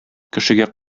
кешегә